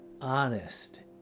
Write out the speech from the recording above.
honest